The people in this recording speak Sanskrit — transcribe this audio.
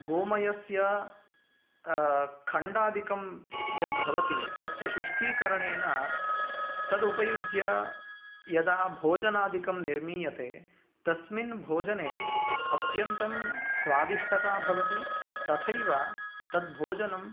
गोमयस्य खण्डादिकं यद् भवति तस्य शुष्कीकरणेन तद् उपयुज्य यदा भोजनादिकं निर्मीयते तस्मिन् भोजने अत्यन्तं स्वादिष्टतया भवति तथैव तद् भोजनं